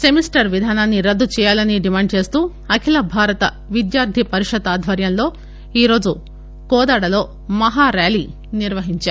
semester విధానాన్ని రద్దు చేయాలని డిమాండ్ చేస్తూ అఖిల భారతీయ విద్యార్ది పరిషత్ ఆధ్వర్యంలో ఈరోజు కోదాడలో మహార్యాలీ నిర్వహించారు